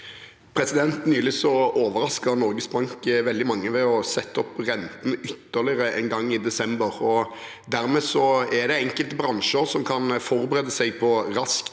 Nylig overras- ket Norges Bank veldig mange ved å sette opp rentene ytterligere en gang – i desember. Dermed er det enkelte bransjer som kan forberede seg på raskt